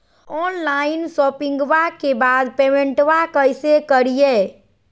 Online शोपिंग्बा के बाद पेमेंटबा कैसे करीय?